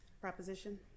Proposition